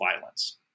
violence